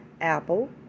Apple